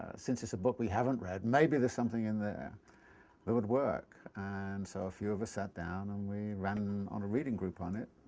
since it's a book we haven't read, maybe there's something in there that would work and so a few of us sat down and we ran a reading group on it.